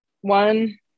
one